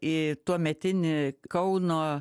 į tuometinį kauno